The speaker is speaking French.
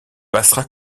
passera